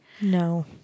No